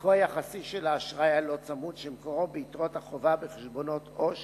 חלקו היחסי של האשראי הלא-צמוד שמקורו ביתרות החובה בחשבונות עובר